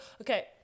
okay